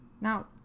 Now